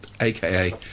aka